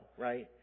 right